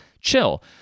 chill